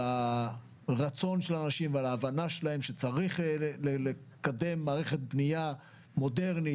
על הרצון של האנשים וההבנה שלהם שצריך לקם מערכת בניה מודרנית,